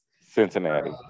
Cincinnati